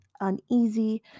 uneasy